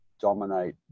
dominate